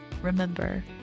Remember